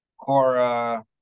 Cora